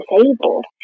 disabled